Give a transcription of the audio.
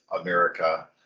america